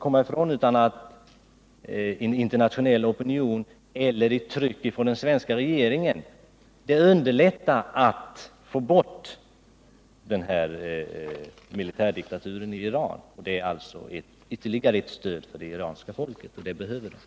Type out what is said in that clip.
En internationell opinion och ett tryck från den svenska regeringens sida skulle utan tvivel underlätta det iranska folkets kamp för att få bort militärdiktaturen.